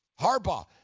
Harbaugh